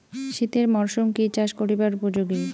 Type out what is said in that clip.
শীতের মরসুম কি চাষ করিবার উপযোগী?